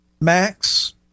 max